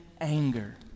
anger